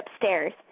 upstairs